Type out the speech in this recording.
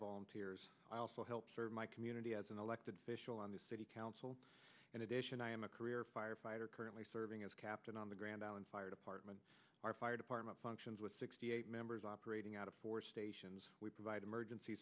volunteers i also help serve my community as an elected official on the city council in addition i am a career firefighter currently serving as captain on the grand island fire department our fire department functions with sixty eight members operating out of four stations we provide emergency